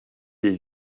des